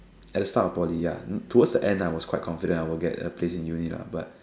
at the start of Poly ya towards the end I was quite confident I'll get a place in uni lah but